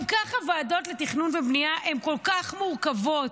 גם ככה ועדות לתכנון ובנייה הן כל כך מורכבות,